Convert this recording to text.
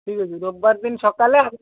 ଠିକ୍ ଅଛି ରବିବାର ଦିନ ସକାଳେ